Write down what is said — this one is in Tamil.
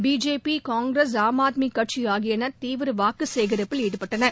பிஜேபி காங்கிரஸ் ஆம் ஆத்மி கட்சி ஆகியன தீவிர வாக்கு சேகரிப்பில் ஈடுபட்டிருந்தன